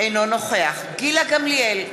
אינו נוכח גילה גמליאל,